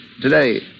today